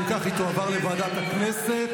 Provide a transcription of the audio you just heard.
אם כך, היא תעבור לוועדת כנסת.